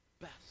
Best